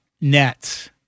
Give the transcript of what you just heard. nets